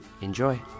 Enjoy